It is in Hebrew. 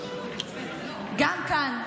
גם כאן,